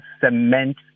cement